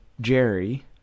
Jerry